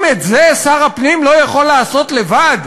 אם את זה שר הפנים לא יכול לעשות לבד,